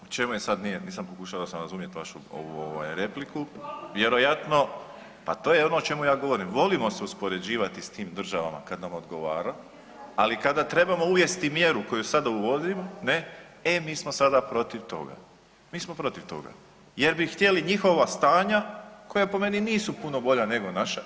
U čemu je sad, nije, nisam pokušao odnosno razumio točno ovu ovaj repliku, vjerojatno pa to je ono o čemu ja govorim, volimo se uspoređivati s tim državama kad nam odgovara, ali kada trebamo uvesti mjeru koju sada uvodimo ne, e mi smo sada protiv toga, mi smo protiv toga jer bi htjeli njihova stanja koja po meni nisu puno bolja nego naša.